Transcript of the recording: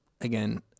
again